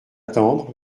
attendre